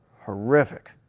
horrific